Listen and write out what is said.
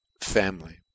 family